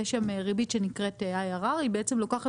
יש שם ריבית שנקראת IRR. היא בעצם לוקחת